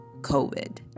covid